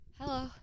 Hello